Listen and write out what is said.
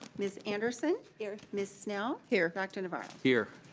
ms. anderson. here ms. snell. here. dr. navarro. here.